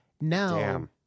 now